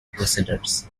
crusaders